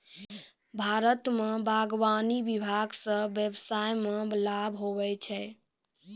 भारत मे बागवानी विभाग से व्यबसाय मे लाभ हुवै छै